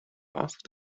asked